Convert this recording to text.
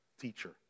teacher